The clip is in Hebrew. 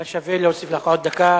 היה שווה להוסיף לך עוד דקה,